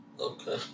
Okay